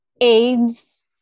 AIDS